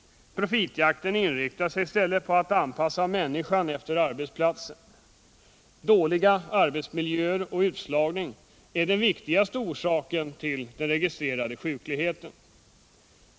Profitjakten inriktar sig i stället på att anpassa människan efter arbetsplatsen. Dåliga arbetsmiljöer och utslagning är den viktigaste orsaken till den registrerade sjukligheten.